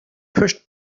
pushed